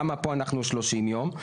אז למה פה אנחנו על שלושים יום.